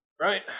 Right